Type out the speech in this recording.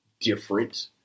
different